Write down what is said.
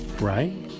right